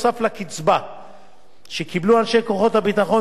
שקיבלו אנשי כוחות הביטחון מכוח החוקים הייחודיים להם,